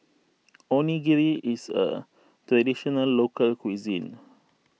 Onigiri is a Traditional Local Cuisine